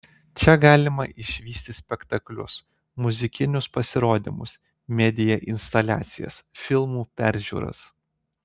čia galima išvysti spektaklius muzikinius pasirodymus media instaliacijas filmų peržiūras